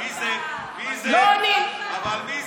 זה לא אני.